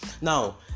Now